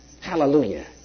Hallelujah